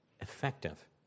effective